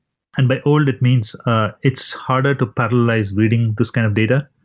and by old, it means it's harder to parallelize reading this kind of data,